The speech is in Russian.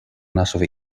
нашего